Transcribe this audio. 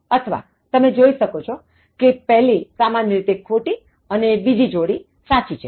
અથવા તમે જોઇ શકો છો કે પહેલી સામાન્ય રીતે ખોટી અને બીજી જોડી સાચી છે